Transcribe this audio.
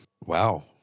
Wow